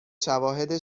شواهد